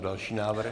Další návrh.